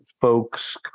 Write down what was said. folks